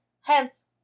Hence